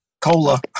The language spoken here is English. Cola